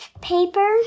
paper